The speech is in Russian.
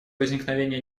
возникновения